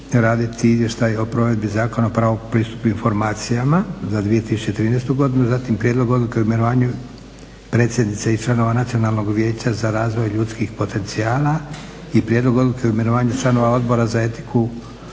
raditi Izvještaj o provedbi zakona o pravu na pristup informacijama za 2013. godinu. Zatim, Prijedlog odluke o imenovanju predsjednice i članova Nacionalnog vijeća za razvoj ljudskih potencijala i Prijedlog odluke o imenovanju članova Odbora za etiku,